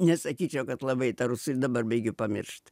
nesakyčiau kad labai tą rusų ir dabar baigiu pamiršt